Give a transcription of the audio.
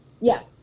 Yes